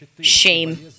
shame